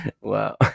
wow